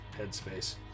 headspace